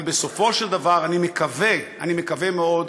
אבל בסופו של דבר אני מקווה, אני מקווה מאוד,